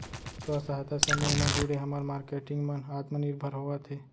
स्व सहायता समूह म जुड़े हमर मारकेटिंग मन आत्मनिरभर होवत हे